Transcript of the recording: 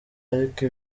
ariko